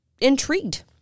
intrigued